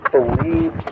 believe